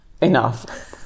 enough